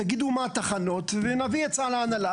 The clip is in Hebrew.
תגידו מה התחנות ונביא הצעה להנהלה,